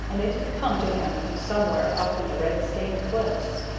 and it had come to him from somewhere up in the red-stained cliffs.